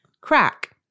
crack